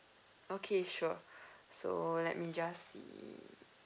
okay sure so let me just see